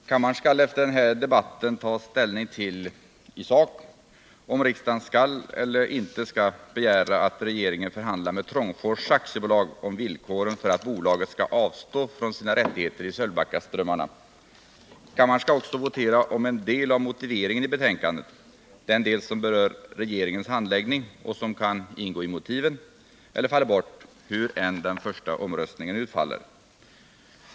Herr talman! Kammaren skall efter den här debatten ta ställning till —i sak — om riksdagen skall eller inte skall begära att regeringen förhandlar med Trångfors AB om villkoren för att bolaget skall avstå från sina rättigheter i Sölvbackaströmmarna. Kammaren skall också votera om en del av motiveringen i betänkandet — den del som berör regeringens handläggning och som kan ingå i motiven eller falla bort, hur den första omröstningen än utfaller.